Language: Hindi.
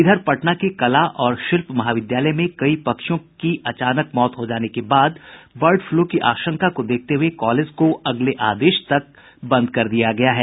इधर पटना के कला और शिल्प महाविद्यालय में कई पक्षियों के अचानक मौत हो जाने के बाद बर्ड पलू की आशंका को देखते हुए कॉलेज को अगले आदेश तक बंद कर दिया गया है